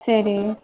சரி